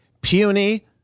Puny